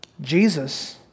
Jesus